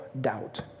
doubt